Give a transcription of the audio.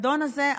הפיקדון הזה,